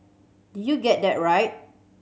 did you get that right